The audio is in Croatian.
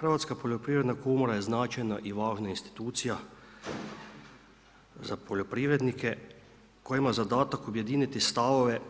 Hrvatska poljoprivredna komora je značajna i važna institucija za poljoprivrednika koja ima zadatak objediniti stavove